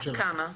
כמה?